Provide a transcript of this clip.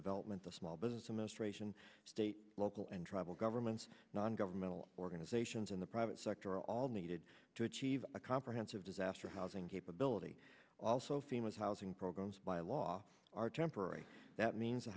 development the small business administration state local and tribal governments non governmental organizations in the private sector all needed to achieve a comprehensive disaster housing capability also femurs housing programs by law are temporary that means